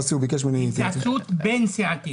התייעצות בין סיעתית.